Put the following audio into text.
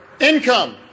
income